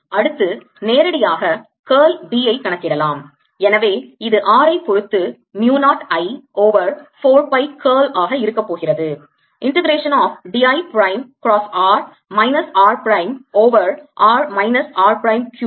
அடுத்து நேரடியாக curl B ஐ கணக்கிடலாம் எனவே இது r ஐ பொறுத்து mu 0 I over 4 pi curl ஆக இருக்கப்போகிறது integration of d I prime cross r minus r prime over r minus r prime cubed